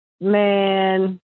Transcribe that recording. man